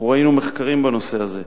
אנחנו ראינו מחקרים בנושא הזה.